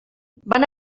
van